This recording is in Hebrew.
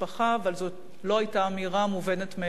אבל זאת לא היתה אמירה מובנת מאליה,